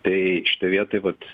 tai šitoj vietoj vat